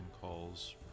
calls